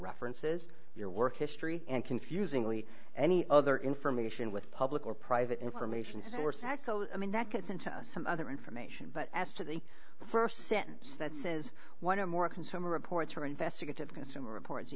references your work history and confusingly any other information with public or private information sources i mean that gets into some other information but as to the st sentence that says one or more consumer reports or investigative consumer reports are